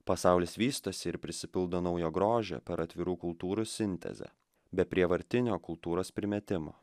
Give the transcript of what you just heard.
pasaulis vystosi ir prisipildo naujo grožio per atvirų kultūrų sintezę be prievartinio kultūros primetimo